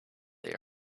they